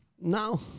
No